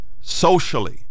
socially